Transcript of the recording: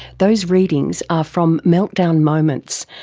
those readings are from meltdown moments,